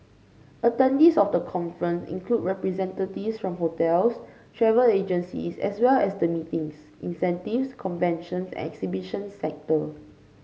attendees of the conference include representatives from hotels travel agencies as well as the meetings incentives conventions and exhibitions sector